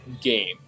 game